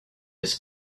his